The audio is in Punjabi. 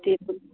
ਅਤੇ